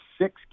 six